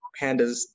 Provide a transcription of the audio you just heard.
Pandas